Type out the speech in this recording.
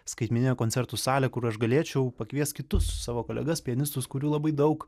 skaitmenine koncertų sale kur aš galėčiau pakviest kitus savo kolegas pianistus kurių labai daug